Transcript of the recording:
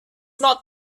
not